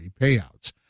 payouts